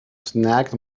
snagged